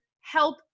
help